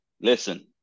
listen